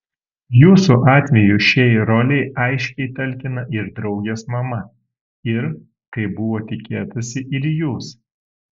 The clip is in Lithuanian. jūsų atveju šiai rolei aiškiai talkina ir draugės mama ir kaip buvo tikėtasi ir jūs